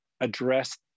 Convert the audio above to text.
address